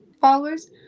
followers